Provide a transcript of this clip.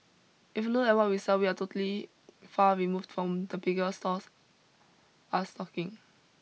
if you look at what we sell we are totally far removed from the bigger stores are stocking